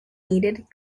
needed